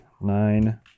nine